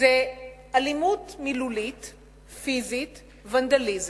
אלימות מילולית ופיזית, ונדליזם,